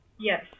Yes